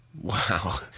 Wow